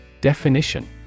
Definition